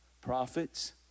prophets